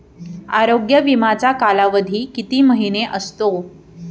आरोग्य विमाचा कालावधी किती महिने असतो?